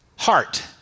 Heart